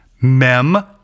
Mem